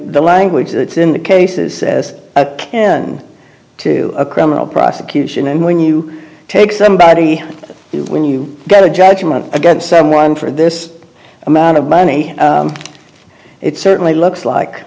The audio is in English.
the language that's in the cases as a can to a criminal prosecution and when you take somebody you know when you get a judgment against someone for this amount of money it certainly looks like